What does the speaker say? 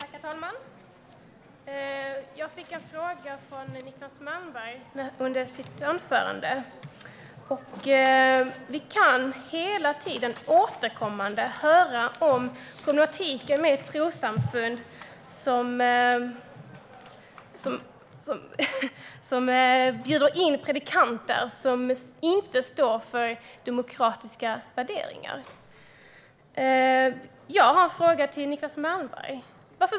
Herr talman! Jag fick en fråga från Niclas Malmberg under hans anförande. Vi hör hela tiden återkommande om problemen med trossamfund som bjuder in predikanter som inte står för demokratiska värderingar.